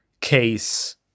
case